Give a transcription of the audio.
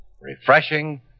refreshing